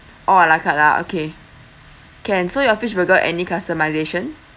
all a la carte lah okay can so your fish burger any customisation